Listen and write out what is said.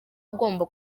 ugomba